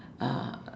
uh